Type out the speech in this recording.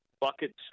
buckets